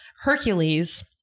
Hercules